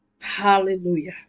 Hallelujah